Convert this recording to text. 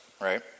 right